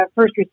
first